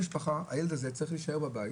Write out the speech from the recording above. הילד הזה צריך להישאר בבית